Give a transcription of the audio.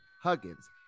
Huggins